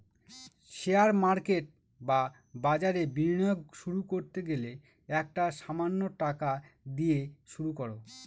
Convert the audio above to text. share market বা বাজারে বিনিয়োগ শুরু করতে গেলে একটা সামান্য টাকা দিয়ে শুরু করো